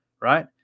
Right